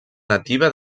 nativa